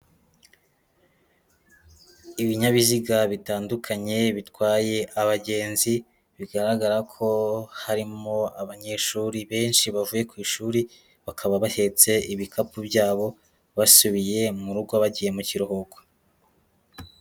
Ibinyabiziga bitandukanye bitwaye abagenzi, bigaragara ko harimo abanyeshuri benshi bavuye ku ishuri, bakaba bahetse ibikapu byabo basubiye mu rugo bagiye mu kiruhuko.